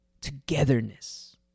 togetherness